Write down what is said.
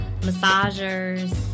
massagers